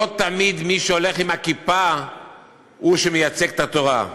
לא תמיד מי שהולך עם הכיפה הוא שמייצג את התורה.